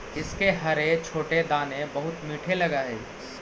इसके हरे छोटे दाने बहुत मीठे लगअ हई